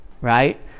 right